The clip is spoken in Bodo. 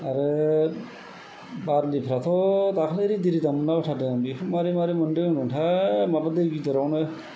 आरो बारलिफ्राथ' दाख्लि रिदि रिदां मोनलाबायथारदों बेफोर मारै मारै मोनदों होनदोंथाय माबा दै गिदिरावनो